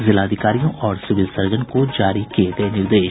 जिलाधिकारियों और civil surgeon को जारी किये गये निर्देश